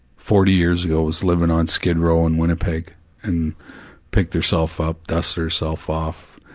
forty years ago was living on skid row in winnipeg and picked herself up, dusted herself off,